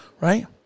Right